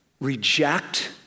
Reject